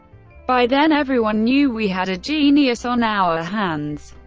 by then everyone knew we had a genius on our hands.